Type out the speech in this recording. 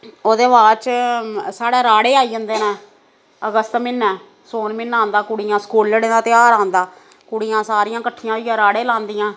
ओह्दे बाद च साढे़ राह्ड़े आई जंदे न अगस्त म्हीने सौन म्हीना आंदा कुड़ियां सकोलड़ें दा ध्यार आंदा कुड़ियां सारियां कट्ठियां होइये राह्ड़े लांदियां